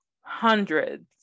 hundreds